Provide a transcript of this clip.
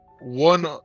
One